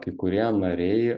kai kurie nariai